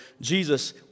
Jesus